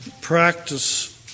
practice